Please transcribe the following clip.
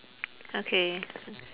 okay s~